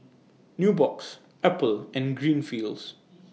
Nubox Apple and Greenfields